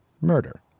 Murder